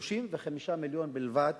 35 מיליון בלבד